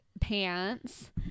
pants